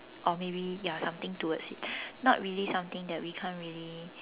or maybe ya something towards it not really something that we can't really